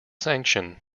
sanction